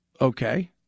okay